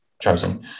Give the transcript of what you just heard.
chosen